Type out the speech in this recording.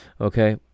okay